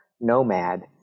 nomad